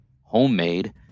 homemade